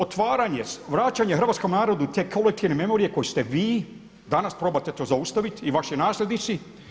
Otvaranje, vraćanje hrvatskom narodu te kolektivne memorije koju ste vi danas probate to zaustaviti i vaši nasljednici.